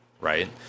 right